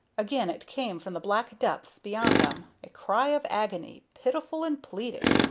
again it came from the black depths beyond them a cry of agony, pitiful and pleading.